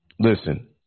Listen